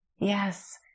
Yes